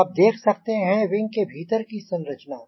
अब आप देख सकते हैं विंग के भीतर की संरचना